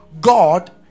God